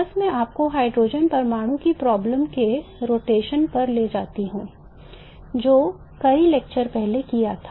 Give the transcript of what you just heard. बस मैं आपको हाइड्रोजन परमाणु की problem के रोटेशन पर ले जाता हूं जो कई लेक्चर पहले किया गया था